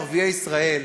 ערביי ישראל,